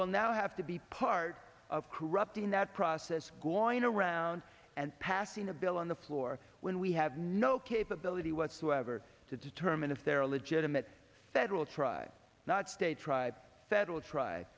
will now have to be part of corrupting that process going around and passing a bill on the floor when we have no capability whatsoever to determine if there are legitimate federal tried not state tried federal tried